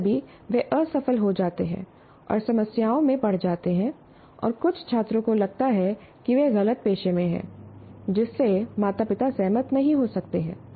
कभी कभी वे असफल हो जाते हैं और समस्याओं में पड़ जाते हैं और कुछ छात्रों को लगता है कि वे गलत पेशे में हैं जिससे माता पिता सहमत नहीं हो सकते हैं